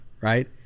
Right